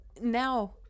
now